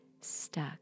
stuck